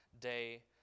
day